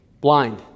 blind